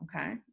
okay